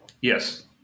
Yes